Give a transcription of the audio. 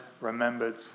remembered